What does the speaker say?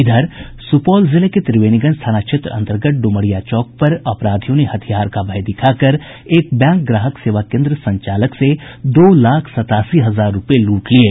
इधर सुपौल जिले के त्रिवेणीगंज थाना क्षेत्र अंतर्गत ड्मरिया चौक पर अपराधियों ने हथियार के बल पर एक बैंक ग्राहक सेवा केन्द्र संचालक से दो लाख सतासी हजार रूपये लूट लिये